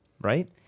right